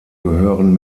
gehören